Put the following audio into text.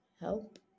Help